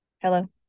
hello